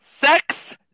Sex